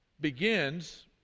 begins